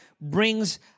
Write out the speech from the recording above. brings